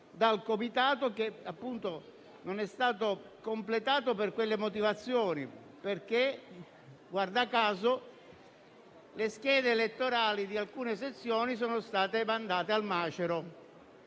dal Comitato, che appunto non è stato completato per quelle motivazioni (perché, guarda caso, le schede elettorali di alcune sezioni sono state mandate al macero).